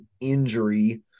injury